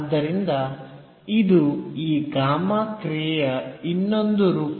ಆದ್ದರಿಂದ ಇದು ಈ ಗಾಮಾ ಕ್ರಿಯೆಯ ಇನ್ನೊಂದು ರೂಪ